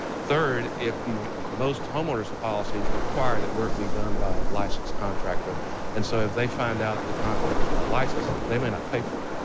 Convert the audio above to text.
third, if most home owners policies require that work be done by licensed contractor and so if they find out the contractor is not licensed they may not pay for it.